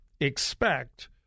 expect